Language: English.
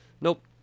Nope